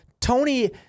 Tony